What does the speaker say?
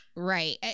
right